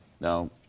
Now